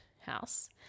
house